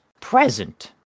present